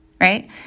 right